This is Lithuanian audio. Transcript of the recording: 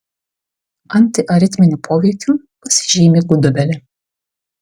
antiaritminiu poveikiu pasižymi gudobelė